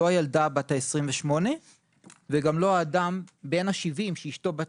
לא הילדה בת ה-28 וגם לא האדם בן ה-70 שאשתו בת